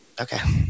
okay